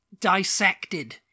dissected